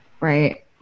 right